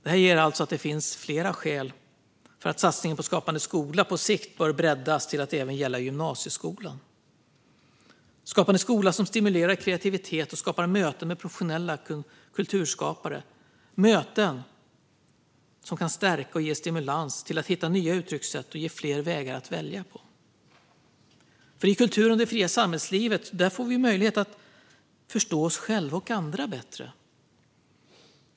Det finns alltså flera skäl till att satsningen på Skapande skola på sikt bör breddas till att gälla även gymnasieskolan. Skapande skola stimulerar kreativitet och skapar möten med professionella kulturskapare. Det är möten som kan stärka och ge stimulans till att hitta nya uttryckssätt och ge fler vägar att välja på. I kulturen och det fria samhällslivet får vi möjlighet att förstå oss själva och andra bättre.